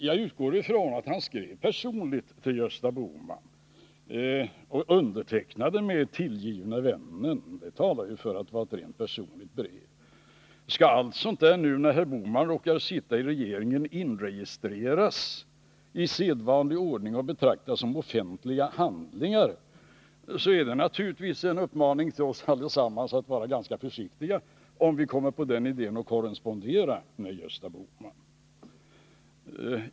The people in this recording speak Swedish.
Jag utgår ifrån att han skrev personligt till Gösta Bohman och undertecknade med tillgivne vännen. Det talar ju för att det var ett rent personligt brev. Skall nu, när Gösta Bohman råkar sitta i regeringen, allt sådant där inregistreras i sedvanlig ordning och betraktas som offentlig handling, är detta naturligtvis en uppmaning till oss allesammans att vara ganska försiktiga, om vi kommer på idén att korrespondera med Gösta Bohman.